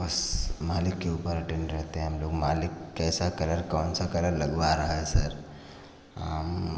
बस मालिक के ऊपर अटेंड रहते हैं हम लोग मालिक कैसा कलर कौन सा कलर लगवा रहा है सर हम